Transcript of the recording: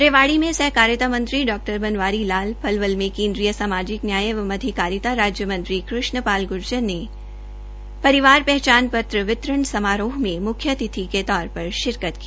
रेवाडी में सहकारिता डॉ बनवारी लाल पलवल में केन्द्रीय सामाजिक न्याय एवं अधिकारिता राज्य मंत्री कृष्ण पाल गुर्जर ने परिवार पहचान पत्र वितरण समारोह में मुख्यातिथि के तौर पर शिरकत की